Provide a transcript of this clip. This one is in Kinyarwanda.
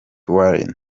warren